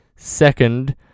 Second